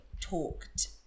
talked